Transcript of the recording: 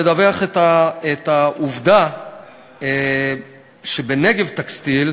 לדווח על העובדה שב"נגב טקסטיל"